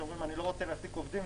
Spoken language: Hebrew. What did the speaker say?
שאומרים: אני לא רוצה להעסיק עובדים,